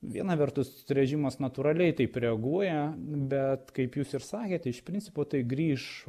viena vertus režimas natūraliai taip reaguoja bet kaip jūs ir sakėt iš principo tai grįš